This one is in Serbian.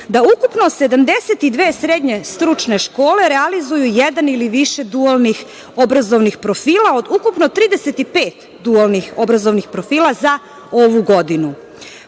da ukupno 72 srednje stručne škole realizuju jedan ili više dualnih obrazovnih profila od ukupno 35 dualnih obrazovnih profila za ovu godinu.